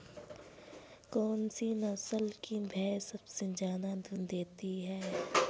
कौन सी नस्ल की भैंस सबसे ज्यादा दूध देती है?